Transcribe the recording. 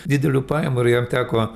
didelių pajamų ir jam teko